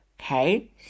Okay